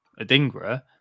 Adingra